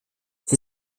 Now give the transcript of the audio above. für